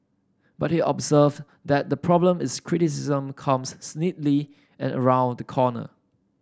but he observed that the problem is criticism comes snidely and round the corner